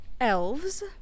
elves